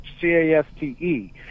C-A-S-T-E